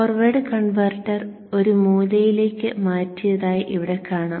forward converter ഒരു മൂലയിലേക്ക് മാറ്റിയതായി ഇവിടെ കാണാം